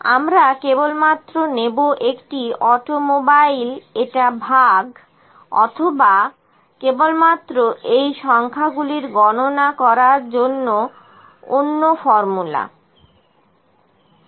আমরা কেবলমাত্র নেব একটি অটোমোবাইল এটা ভাগ অথবা কেবলমাত্র এই সংখ্যাগুলির গণনা কারা করার জন্য অন্য ফর্মুলা শিখতে হবে